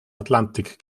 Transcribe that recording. atlantik